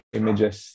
images